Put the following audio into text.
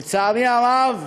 לצערי הרב,